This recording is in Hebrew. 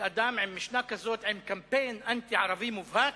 של אדם עם משנה כזאת, עם קמפיין אנטי-ערבי מובהק,